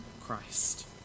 Christ